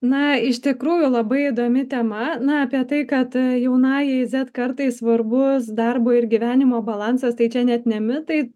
na iš tikrųjų labai įdomi tema na apie tai kad jaunajai z kartai svarbus darbo ir gyvenimo balansas tai čia net ne mitai